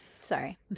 Sorry